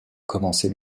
commencer